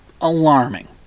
alarming